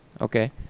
Okay